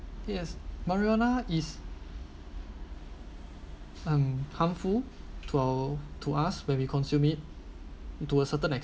yes marijuana is um harmful to our to us when we consume it to a certain